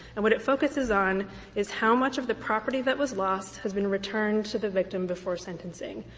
and what it focuses on is how much of the property that was lost has been returned to the victim before sentencing.